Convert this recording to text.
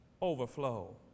overflow